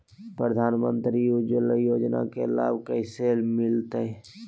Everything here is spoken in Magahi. प्रधानमंत्री उज्वला योजना के लाभ कैसे मैलतैय?